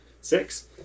Six